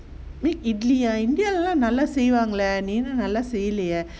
make idli ah india lah எல்லாம் நல்லா செய்வாங்களே நீ என்ன நல்லா செய்யல:ellaam nalla seyvaangale nee enna nalla seyyala